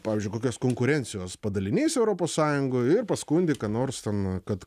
pavyzdžiui kokios konkurencijos padalinys europos sąjungoj ir paskundi ką nors ten kad